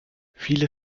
viele